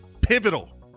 Pivotal